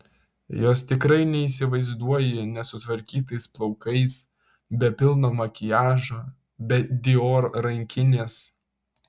jos tikrai neįsivaizduoji nesutvarkytais plaukais be pilno makiažo be dior rankinės